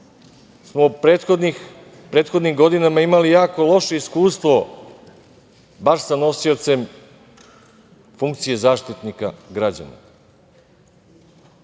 smo u prethodnim godinama imali jako loše iskustvo baš sa nosiocem funkcije Zaštitnika građana,